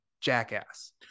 jackass